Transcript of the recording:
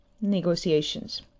negotiations